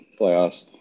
playoffs